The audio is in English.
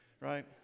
right